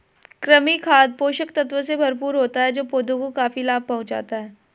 कृमि खाद पोषक तत्वों से भरपूर होता है जो पौधों को काफी लाभ पहुँचाता है